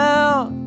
out